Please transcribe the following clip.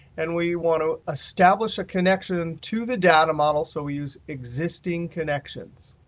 and we want to establish a connection to the data model. so we use existing connections.